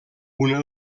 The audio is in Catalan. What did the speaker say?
una